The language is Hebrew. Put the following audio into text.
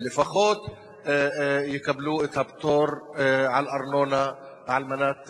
שלפחות יקבלו את הפטור מארנונה על מנת